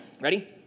Ready